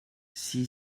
sie